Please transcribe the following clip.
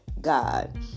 god